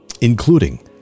including